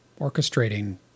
orchestrating